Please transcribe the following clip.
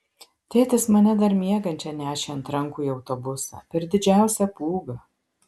tėtis mane dar miegančią nešė ant rankų į autobusą per didžiausią pūgą